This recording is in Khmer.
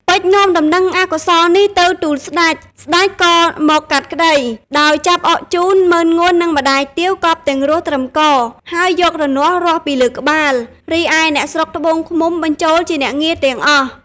ពេជ្រនាំដំណឹងអកុសលនេះទៅទូលសេ្តច ស្តេចក៏មកកាត់ក្តី ដោយចាប់អរជូន ម៉ឺនងួន និងម្តាយទាវកប់ទាំងរស់ត្រឹមក ហើយយករនាស់រាស់ពីលើក្បាល រីឯអ្នកស្រុកត្បូងឃ្មុំបញ្ចូលជាអ្នកងារទាំងអស់ ។